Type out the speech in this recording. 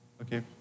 Okay